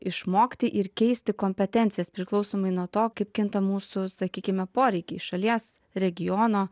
išmokti ir keisti kompetencijas priklausomai nuo to kaip kinta mūsų sakykime poreikiai šalies regiono